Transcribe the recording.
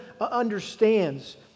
understands